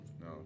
No